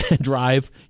drive